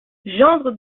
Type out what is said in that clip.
gendre